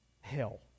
hell